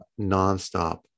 nonstop